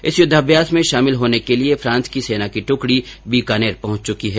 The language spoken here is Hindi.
इस युद्धाभ्यास में शामिल होने के लिए फ्रांस की सेना की टुकडी बीकानेर पहुंच चुकी है